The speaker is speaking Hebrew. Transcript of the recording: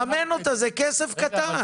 זה כסף קטן.